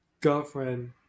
girlfriend